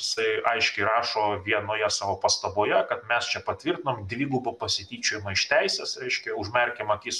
jisai aiškiai rašo vienoje savo pastaboje kad mes čia patvirtinom dvigubą pasityčiojimą iš teisės reiškia užmerkėm akis